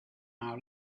our